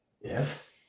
Yes